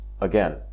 again